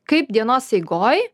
kaip dienos eigoj